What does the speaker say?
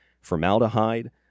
formaldehyde